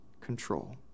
control